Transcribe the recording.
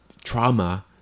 trauma